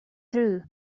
through